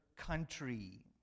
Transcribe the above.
country